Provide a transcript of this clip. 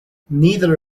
neither